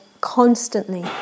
constantly